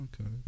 Okay